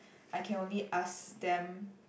I can only ask them